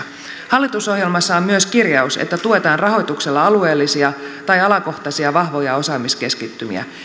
hallitusohjelmassa on myös kirjaus että tuetaan rahoituksella alueellisia tai alakohtaisia vahvoja osaamiskeskittymiä